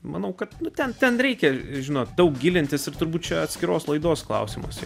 manau kad būtent ten reikia žinot daug gilintis ir turbūt atskiros laidos klausimus